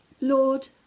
Lord